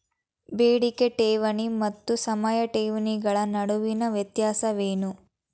ಬೇಡಿಕೆ ಠೇವಣಿ ಮತ್ತು ಸಮಯ ಠೇವಣಿಗಳ ನಡುವಿನ ವ್ಯತ್ಯಾಸವೇನು?